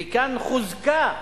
וכאן חוזקה.